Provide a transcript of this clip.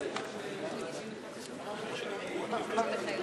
אני מזמין את חבר הכנסת אילן גילאון לומר כמה מילות ברכה.